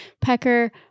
Pecker